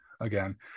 Again